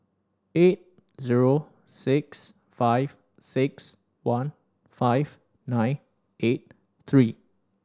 eight zero six five six one five nine eight three